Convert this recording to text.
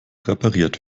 repariert